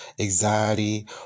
anxiety